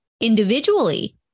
individually